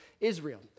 Israel